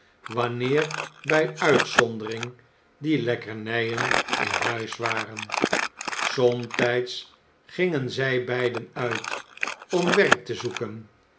wanneer by uitzondering die lekkernyen in huis waren somtyds gingen zy beiden uit om werk te zoeken